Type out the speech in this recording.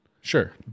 Sure